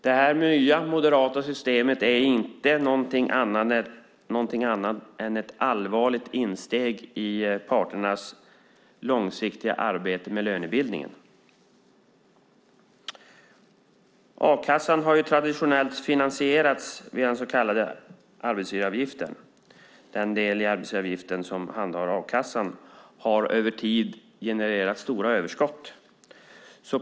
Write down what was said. Detta nya moderata system är ingenting annat än ett allvarligt insteg i parternas långsiktiga arbete med lönebildningen. A-kassan har traditionellt finansierats via den så kallade arbetsgivaravgiften. Den del i arbetsgivaravgiften som handhar a-kassan har över tid genererat stora överskott.